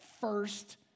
first